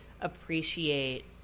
appreciate